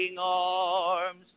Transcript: arms